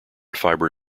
fibre